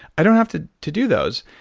i don't have to to do those.